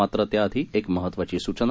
मात्र त्याआधी एक महत्त्वाची सूचना